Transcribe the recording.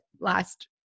last